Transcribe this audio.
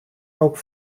ook